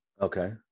Okay